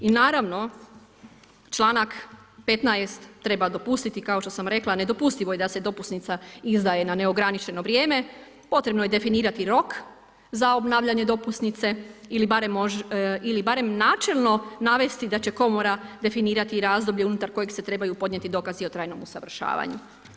I naravno, članak 15. treba dopustiti kao što sam rekla, nedopustivo je da se dopusnica izdaje na neograničeno vrijeme, potrebno je definirati rok za obnavljanje dopusnice ili barem načelno navesti da će komora definirati razdoblje unutar kojeg se trebaju podnijeti dokazi o trajnom usavršavanju.